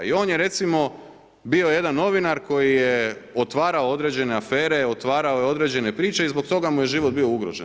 I on je recimo bio jedan novinar koji je otvarao određene afere, otvarao je određene priče i zbog toga mu je život bio ugrožen.